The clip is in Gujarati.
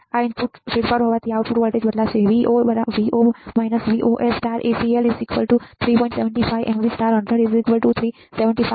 આ ઇનપુટ ફેરફાર હોવાથી આઉટપુટ વોલ્ટેજ બદલાશે Vo Vos AcL